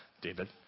David